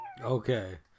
Okay